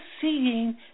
seeing